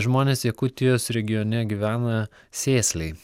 žmonės jakutijos regione gyvena sėsliai